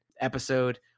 episode